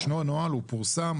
יש נוהל, הוא פורסם.